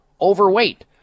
overweight